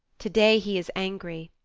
today he is angry,